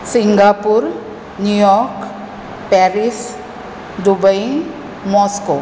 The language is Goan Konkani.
Singapore New York Paris Dubai Moscow